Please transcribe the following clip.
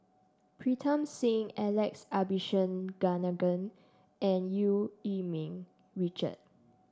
Pritam Singh Alex Abisheganaden and Eu Yee Ming Richard